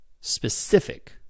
specific